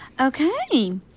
Okay